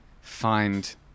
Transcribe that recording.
find